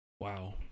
wow